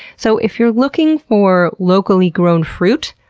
so, if you're looking for locally grown fruit,